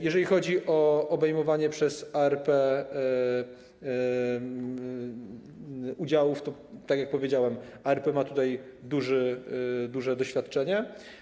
Jeżeli chodzi o obejmowanie przez ARP udziałów, to tak jak powiedziałem, ARP ma tutaj duże doświadczenie.